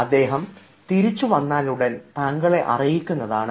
അദ്ദേഹം തിരിച്ചു വന്നാലുടൻ താങ്കളെ അറിയിക്കാവുന്നതാണ്